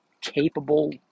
capable